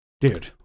dude